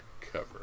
cover